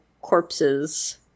corpses